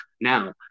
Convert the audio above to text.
now